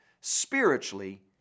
spiritually